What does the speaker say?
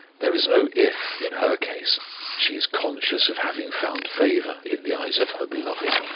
there is no if in her case she is conscious of having found favour in the eyes of her beloved.